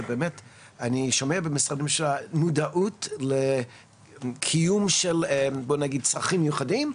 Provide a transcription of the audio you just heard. אני שומע במשרדים שהמודעות לקיום של צרכים מיוחדים,